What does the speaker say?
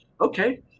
Okay